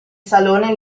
salone